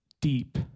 deep